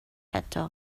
eto